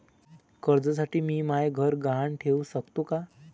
कर्जसाठी मी म्हाय घर गहान ठेवू सकतो का